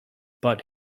but